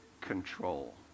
control